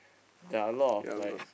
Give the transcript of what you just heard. there are a lot of like